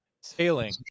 sailing